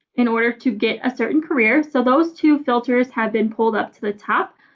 in order to get a certain career, so those two filters have been pulled up to the top.